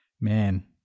Man